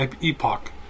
epoch